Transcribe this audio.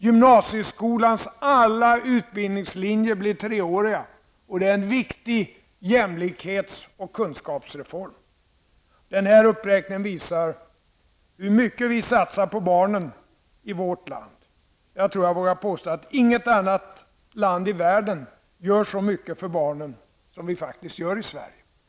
Gymnasieskolans alla utbildningslinjer blir treåriga, och det är en viktig jämlikhets och kunskapsreform. Den här uppräkningen visar hur mycket vi satsar på barnen i vårt land. Jag tror att jag vågar påstå att inget annat land i världen gör så mycket för barnen som vi faktiskt gör i Sverige.